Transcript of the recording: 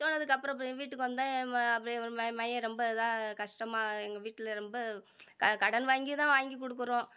சொன்னதுக்கப்புறம் இப்போ எங்கள் வீட்டுக்கு வந்தால் ஏம்மா அப்படியே மய மகன் ரொம்ப இதாக கஷ்டமாக எங்கள் வீட்டில ரொம்ப க கடன் வாங்கித்தான் வாங்கிக்கொடுக்குறோம்